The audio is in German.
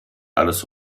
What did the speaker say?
alles